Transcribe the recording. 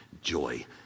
joy